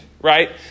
right